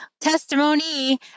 testimony